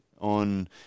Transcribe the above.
On